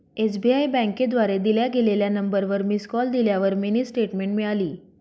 SBI बँकेद्वारे दिल्या गेलेल्या नंबरवर मिस कॉल दिल्यावर मिनी स्टेटमेंट मिळाली